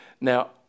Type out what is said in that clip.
Now